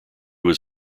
was